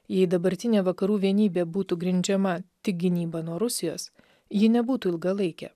jei dabartinė vakarų vienybė būtų grindžiama tik gynyba nuo rusijos ji nebūtų ilgalaikė